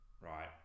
right